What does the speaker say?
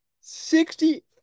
sixty